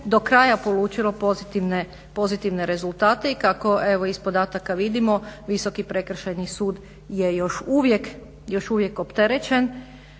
do kraja polučilo pozitivne rezultate i kako evo iz podataka vidimo Visoki prekršajni sud je još uvijek opterećen,